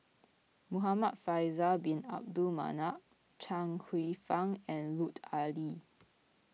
Muhamad Faisal Bin Abdul Manap Chuang Hsueh Fang and Lut Ali